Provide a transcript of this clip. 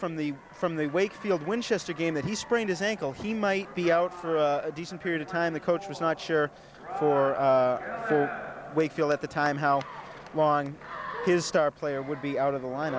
from the from the wakefield winchester game that he sprained his ankle he might be out for a decent period of time the coach was not sure for wakefield at the time how long his star player would be out of the line